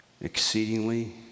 exceedingly